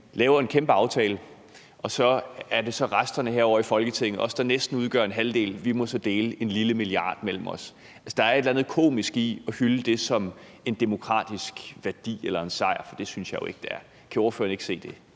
laver en kæmpe aftale, og så er det så resterne her i Folketinget, altså os, der næsten udgør en halvdel, som så må dele en lille milliard mellem os. Altså, der er et eller andet komisk i, at man hylder det som en demokratisk værdi eller en sejr. For det synes jeg jo ikke det er. Kan ordføreren ikke se det?